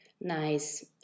Nice